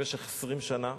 במשך 20 שנה.